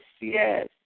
yes